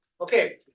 okay